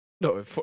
No